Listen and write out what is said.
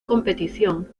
competición